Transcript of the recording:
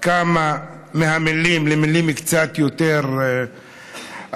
כמה מהמילים למילים קצת יותר אקטואליות,